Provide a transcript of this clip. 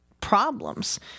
problems